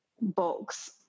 box